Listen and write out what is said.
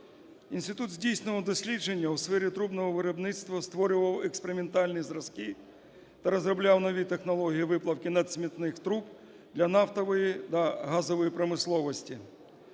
Інститут здійснював дослідження у сфері трубного виробництва, створював експериментальні зразки та розробляв нові технології виплавки надміцних труб для нафтової та газової промисловості.